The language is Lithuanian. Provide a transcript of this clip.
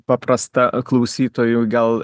paprastą klausytojui gal